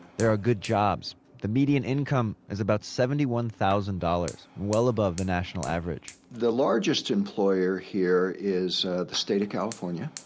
there are good jobs. the median income is about seventy one thousand dollars, well above the national average the largest employer here is the state of california,